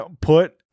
put